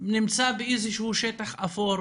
נמצא באיזה שהוא שטח אפור